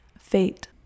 Fate